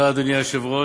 השר,